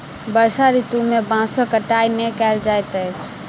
वर्षा ऋतू में बांसक कटाई नै कयल जाइत अछि